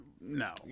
no